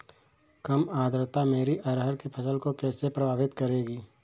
कम आर्द्रता मेरी अरहर की फसल को कैसे प्रभावित करेगी?